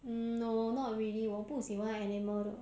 no not really 我不喜欢 animal 的